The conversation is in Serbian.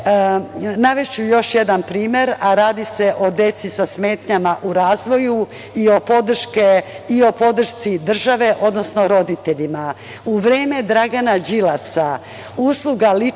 još jedan primer, a radi se o deci sa smetnjama u razvoju i o podršci države, odnosno roditeljima.